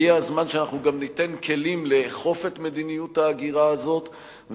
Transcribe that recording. הגיע הזמן שאנחנו גם ניתן כלים לאכוף את מדיניות ההגירה הזאת,